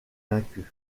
vaincus